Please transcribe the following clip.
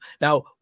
now